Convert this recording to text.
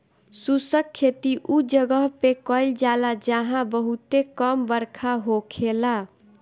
शुष्क खेती उ जगह पे कईल जाला जहां बहुते कम बरखा होखेला